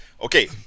Okay